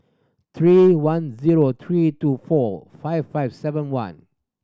three one zero three two four five five seven one